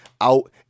out